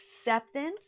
acceptance